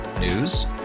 News